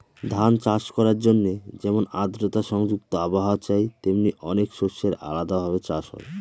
ধান চাষ করার জন্যে যেমন আদ্রতা সংযুক্ত আবহাওয়া চাই, তেমনি অনেক শস্যের আলাদা ভাবে চাষ হয়